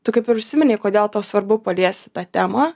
tu kaip ir užsiminei kodėl tau svarbu paliesti tą temą